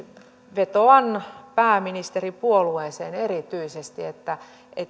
vetoan pääministeripuolueeseen erityisesti että